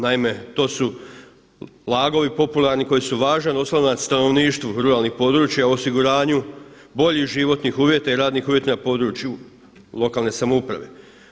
Naime, to su LAG-ovi popularni koji su važan oslonac stanovništvu ruralnih područja u osiguranju boljih životnih uvjeta i radnih uvjeta na području lokalne samouprave.